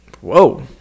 Whoa